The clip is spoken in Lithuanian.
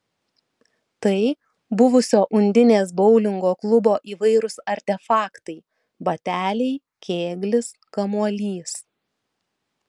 tai buvusio undinės boulingo klubo įvairūs artefaktai bateliai kėglis kamuolys